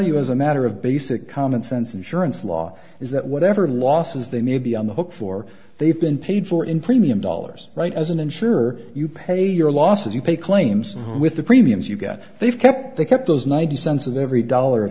you as a matter of basic common sense insurance law is that whatever losses they may be on the hook for they've been paid for in premium dollars right as an insurer you pay your losses you pay claims with the premiums you get they've kept they kept those ninety cents of every dollar